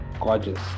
gorgeous